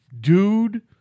dude